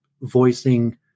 voicing